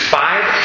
five